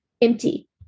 Empty